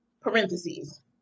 parentheses